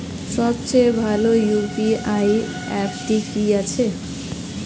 সবচেয়ে ভালো ইউ.পি.আই অ্যাপটি কি আছে?